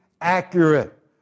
accurate